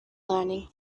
learning